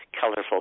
colorful